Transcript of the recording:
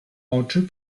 oczy